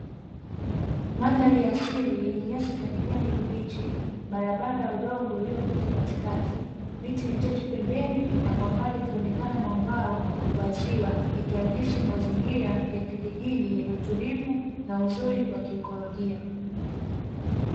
Mandhari ya asili yenye nyasi za kijani kibichi, barabara ya udongo iliyopita katikati, miti michache pembeni na kwa mbali ikionekana mwambao wa ziwa ikiaksi mazingira ya kijijini yenye utulivu na uzuri wa kiikolojia.